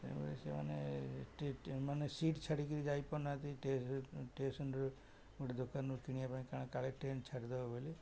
ତେଣୁ ସେମାନେ ମାନେ ସିଟ୍ ଛାଡ଼ି କରି ଯାଇ ପାରୁନାହାନ୍ତି ଷ୍ଟେସନ୍ର ଗୋଟେ ଦୋକାନରୁ କିଣିବା ପାଇଁ କାରଣ କାଳେ ଟ୍ରେନ ଛାଡ଼ିଦେବ ବୋଲି